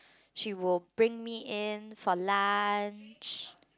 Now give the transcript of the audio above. she will bring me in for lunch